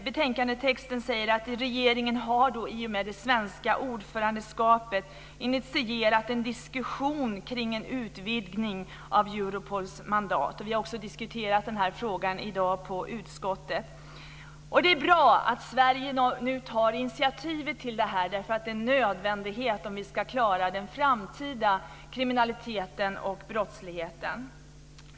Betänkandetexten säger att regeringen i och med det svenska ordförandeskapet har initierat en diskussion omkring en utvidgning av Europols mandat. Vi har också diskuterat den här frågan i dag i utskottet. Det är bra att Sverige nu tar initiativ till det här. Det är en nödvändighet om vi ska klara den framtida kriminaliteten och brottsligheten.